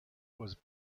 was